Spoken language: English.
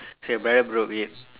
so your brother broke it